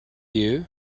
you